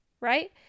right